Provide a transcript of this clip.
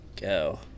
go